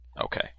Okay